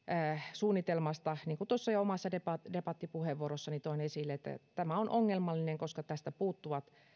suunnitelmasta niin kuin jo tuossa omassa debattipuheenvuorossani toin esille että että tämä on ongelmallinen koska tästä puuttuvat